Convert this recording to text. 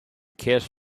kiss